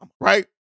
right